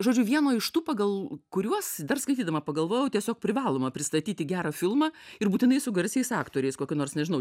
žodžiu vieno iš tų pagal kuriuos dar skaitydama pagalvojau tiesiog privaloma pristatyti gerą filmą ir būtinai su garsiais aktoriais kokiu nors nežinau